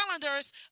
calendars